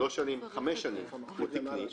שלוש שנים וחמש שנים הוא תקני,